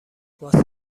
واسه